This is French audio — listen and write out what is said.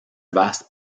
vaste